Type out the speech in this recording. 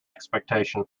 expectation